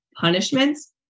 punishments